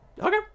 Okay